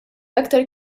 aktar